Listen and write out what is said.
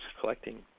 collecting